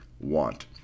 want